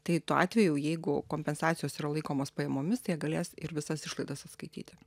tai tuo atveju jau jeigu kompensacijos yra laikomos pajamomis tai jie galės ir visas išlaidas atskaityti